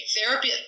Therapy